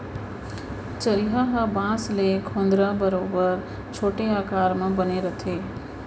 चरिहा ह बांस ले खोदरा बरोबर छोटे आकार म बने रथे